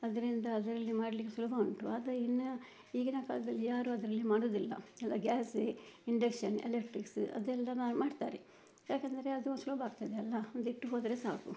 ಅದರಿಂದ ಅದರಲ್ಲಿ ಮಾಡ್ಲಿಕ್ಕೆ ಸುಲಭ ಉಂಟು ಆದರೆ ಇನ್ನು ಈಗಿನ ಕಾಲದಲ್ಲಿ ಯಾರು ಅದರಲ್ಲಿ ಮಾಡುವುದಿಲ್ಲ ಎಲ್ಲ ಗ್ಯಾಸೇ ಇಂಡಕ್ಷನ್ ಎಲಕ್ಟ್ರಿಕ್ಸ್ ಅದೆಲ್ಲನೂ ಮಾಡ್ತಾರೆ ಯಾಕೆಂದ್ರೆ ಅದು ಸುಲಭ ಆಗ್ತದೆ ಅಲ್ಲ ಒಂದು ಇಟ್ಟು ಹೋದರೆ ಸಾಕು